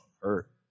hurt